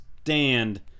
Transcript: stand